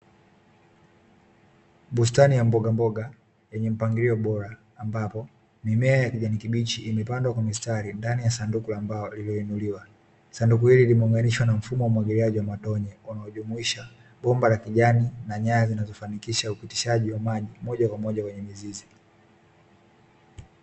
Bustani ya mbogamboga yenye mpangilio bora ambapo mimea ya kijani kibichi imepandwa kwa mistari ndani ya sanduku la mbao iliyoinuliwa, sanduku hili limeunganishwa na mfumo wa umwagiliaji wa matone unaojumuisha bomba la kijani na nyaya zinazofanikisha upitishaji wa maji moja kwa moja kwenye mizizi.